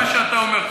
לפי מה שאתה אומר,